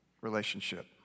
relationship